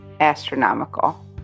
astronomical